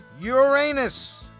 Uranus